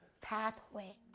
pathway